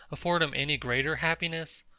afford him any greater happiness?